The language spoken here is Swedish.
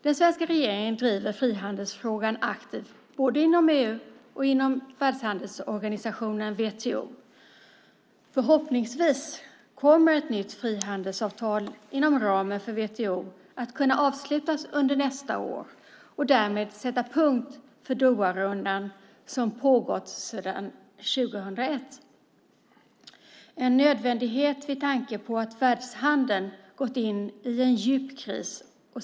Den svenska regeringen driver aktivt frihandelsfrågan både inom EU och inom Världshandelsorganisationen, WTO. Förhoppningsvis kommer ett nytt frihandelsavtal inom ramen för WTO att kunna avslutas nästa år och sätta punkt för Doharundan som pågått sedan år 2001 - en nödvändighet med tanke på att världshandeln gått in i en djup kris.